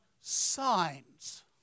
signs